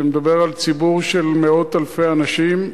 שמדבר על ציבור של מאות אלפי אנשים,